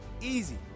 Easy